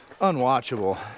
unwatchable